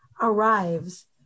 arrives